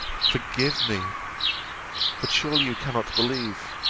forgive me but surely you cannot believe,